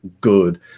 good